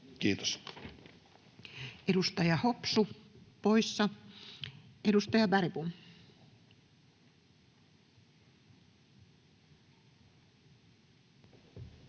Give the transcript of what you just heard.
Kiitos. Edustaja Hopsu, poissa. — Edustaja Bergbom. Arvoisa